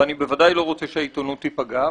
ואני ודאי לא רוצה שהעיתונות תיפגע,